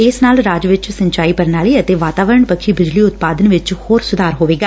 ਇਸ ਨਾਲ ਰਾਜ ਵਿੱਚ ਸਿੰਜਾਈ ਪ੍ਰਣਾਲੀ ਅਤੇ ਵਾਤਾਵਰਨ ਪੱਖੀ ਬਿਜਲੀ ਉਤਪਾਦਨ ਵਿੱਚ ਹੋਰ ਸੁਧਾਰ ਆਵੇਗਾ